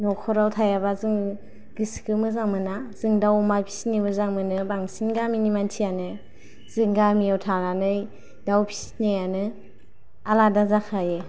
न'खराव थायाबा जोङो गोसोखौ मोजां मोना जों दाउ अमा फिसिनो मोजां मोनो बांसिन गामिनि मानसियानो जों गामियाव थानानै दाउ फिसिनायानो आलादा जाखायो